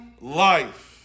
life